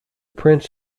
prince